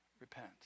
repent